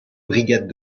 brigades